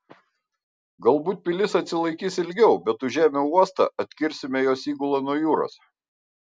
galbūt pilis atsilaikys ilgiau bet užėmę uostą atkirsime jos įgulą nuo jūros